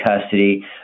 custody